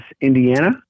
Indiana